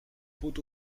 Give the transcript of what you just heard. pot